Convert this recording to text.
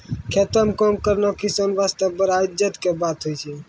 खेतों म काम करना किसान वास्तॅ बड़ा इज्जत के बात होय छै